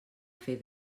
fer